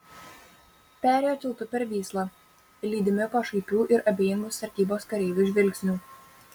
perėjo tiltu per vyslą lydimi pašaipių ir abejingų sargybos kareivių žvilgsnių